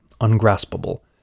ungraspable